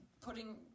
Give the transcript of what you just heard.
Putting